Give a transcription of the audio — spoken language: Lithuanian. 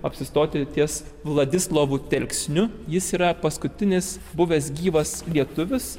apsistoti ties vladislovu telksniu jis yra paskutinis buvęs gyvas lietuvis